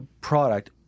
product